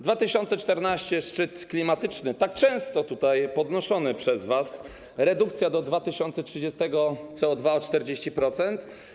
2014 r. - szczyt klimatyczny, tak często tutaj podnoszony przez was, redukcja do 2030 r. CO2 o 40%.